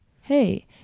hey